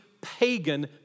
pagan